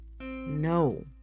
no